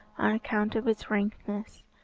on account of its rankness,